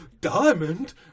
Diamond